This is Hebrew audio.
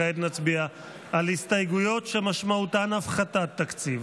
כעת נצביע על הסתייגויות שמשמעותן הפחתת תקציב.